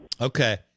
Okay